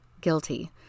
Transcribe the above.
guilty